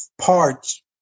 parts